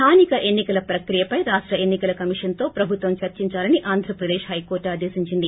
స్థానిక ఎన్ని కల ప్రక్రియపై రాష్ట ఎన్ని కల కమిషన్తో ప్రభుత్వం చర్చించాలని ఆంధ్రప్రదేశ్ హైకోర్టు ఆదేశించింది